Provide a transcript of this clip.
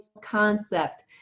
concept